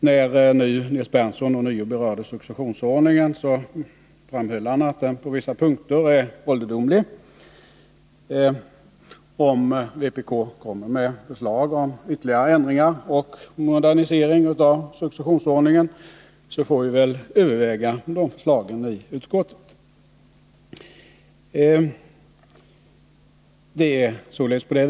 När nu Nils Berndtson ånyo berörde successionsordningen, framhöll han att den på vissa punkter är ålderdomlig. Om vpk kommer med förslag till ytterligare ändring och modernisering av successior. 'rdningen, så får vi väl överväga de förslagen i utskottet.